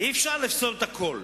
אי-אפשר לפסול את הקול,